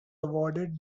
awarded